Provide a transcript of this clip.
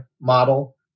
model